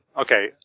Okay